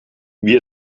wie